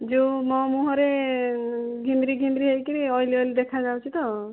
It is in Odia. ଯୋଉ ମୋ ମୁଁହରେ ଘିମିରି ଘିମିରି ହେଇକି ଓଐଲି ଓଐଲି ଦେଖାଯାଉଛି ତ